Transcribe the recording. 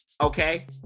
okay